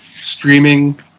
streaming